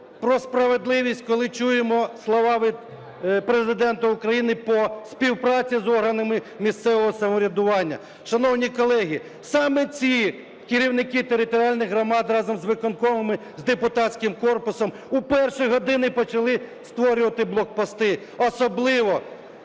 про справедливість, коли чуємо слова Президента України по співпраці з органами місцевого самоврядування. Шановні колеги, саме ці керівники територіальних громад разом із виконкомами, з депутатським корпусом у перші години почали створювати блокпости, особливо